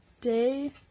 day